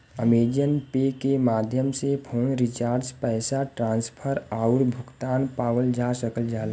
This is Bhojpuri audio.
अमेज़न पे के माध्यम से फ़ोन रिचार्ज पैसा ट्रांसफर आउर भुगतान पावल जा सकल जाला